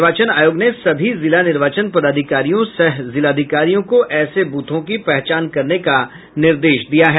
निर्वाचन आयोग ने सभी जिला निर्वाचन पदाधिकारियों सह जिलाधिकारियों को ऐसे बूथों की पहचान करने का निर्देश दिया है